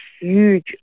huge